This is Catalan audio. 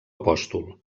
apòstol